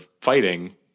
fighting